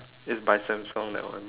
it's by Samsung that one